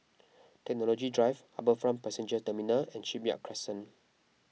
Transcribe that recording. Technology Drive HarbourFront Passenger Terminal and Shipyard Crescent